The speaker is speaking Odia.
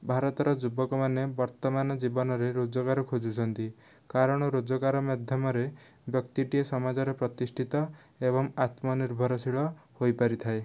ଭାରତର ଯୁବକ ମାନେ ବର୍ତ୍ତମାନ ଜୀବନରେ ରୋଜଗାର ଖୋଜୁଛନ୍ତି କାରଣ ରୋଜଗାର ମାଧ୍ୟମରେ ବ୍ୟକ୍ତିଟି ସମାଜରେ ପ୍ରତିଷ୍ଠିତ ଏବଂ ଆତ୍ମନିର୍ଭରଶୀଳ ହୋଇପାରିଥାଏ